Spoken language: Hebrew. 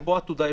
אפרופו עתודה,